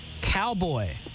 Cowboy